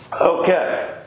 Okay